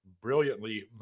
brilliantly